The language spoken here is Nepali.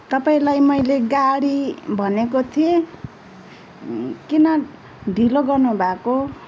तपाईँलाई मैले गाडी भनेको थिएँ किन ढिलो गर्नुभएको